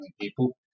people